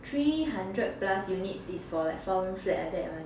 three hundred plus units is for like four room flat like that one